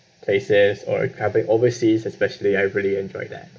places or a climbing overseas especially I really enjoy that